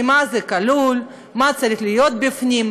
מה כלול בזה,